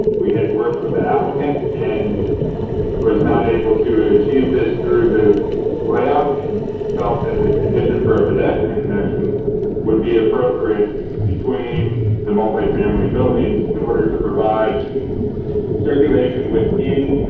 we had worked with the applicant and was not able to achieve this through the layout and felt that the condition for a pedestrian connection would be appropriate between the multifamily buildings in order to provide circulation within